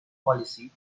policy